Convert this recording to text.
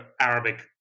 Arabic